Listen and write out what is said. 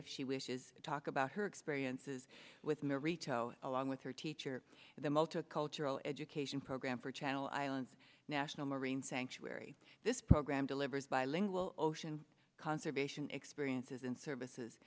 if she wishes to talk about her experiences with marie cho along with her teacher the multicultural education program for channel islands national marine sanctuary this program delivers bilingual ocean conservation experiences and services